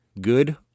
good